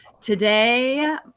Today